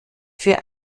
für